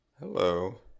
Hello